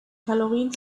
kalorien